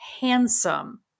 handsome